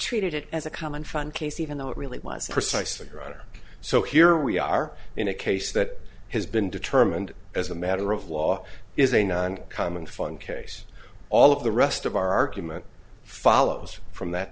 treated it as a common fund case even though it really was precisely your honor so here we are in a case that has been determined as a matter of law is a non common fun case all of the rest of our argument follows from that